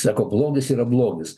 sako blogis yra blogis